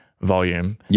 volume